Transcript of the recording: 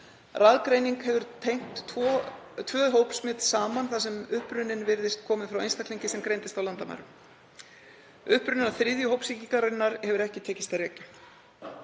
Raðgreining hefur tengt tvö hópsmit saman þar sem uppruninn virðist kominn frá einstaklingi sem greindist á landamærum. Uppruna þriðju hópsýkingarinnar hefur ekki tekist að rekja.